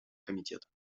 комитета